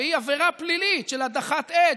שהיא עבירה פלילית של הדחת עד,